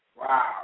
Wow